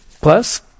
plus